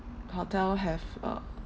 hotel have a